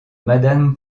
madame